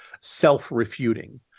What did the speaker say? self-refuting